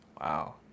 Wow